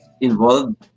involved